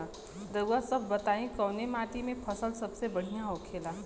रउआ सभ बताई कवने माटी में फसले सबसे बढ़ियां होखेला?